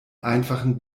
einfachen